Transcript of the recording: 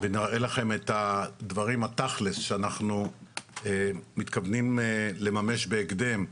ונראה לכם את הדברים התכל'ס שאנחנו מתכוונים לממש בהקדם,